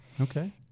Okay